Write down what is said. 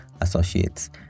associates